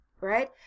right